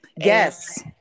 yes